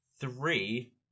Three